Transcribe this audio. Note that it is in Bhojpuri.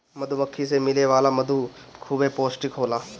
मधुमक्खी से मिले वाला मधु खूबे पौष्टिक होला